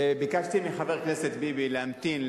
ביקשתי מחבר הכנסת ביבי להמתין,